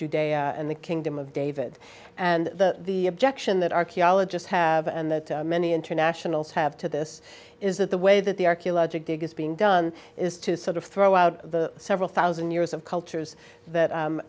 today and the kingdom of david and the objection that archaeologists have and that many internationals have to this is that the way that the archaeologic biggest being done is to sort of throw out the several thousand years of cultures that